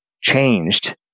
changed